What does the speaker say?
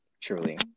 Truly